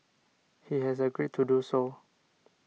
he has agreed to do so